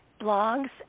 blogs